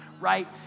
right